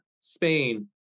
Spain